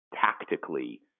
tactically